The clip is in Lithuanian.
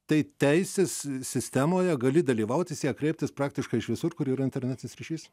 tai teisės sistemoje gali dalyvauti tiek kreiptis praktiškai iš visur kur yra internetinis ryšys